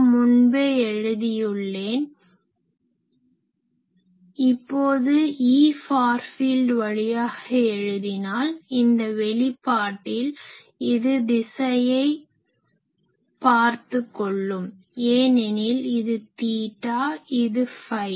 நான் முன்பே எழுதி உள்ளேன் இப்போது Eஃபார் ஃபீல்ட் வழியாக எழுதினால் இந்த வெளிப்பாட்டில் இது திசையை பார்த்து கொள்ளும் ஏனெனில் இது தீட்டா இது ஃபை